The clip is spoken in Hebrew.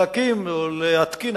להקים או להתקין,